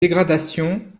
dégradation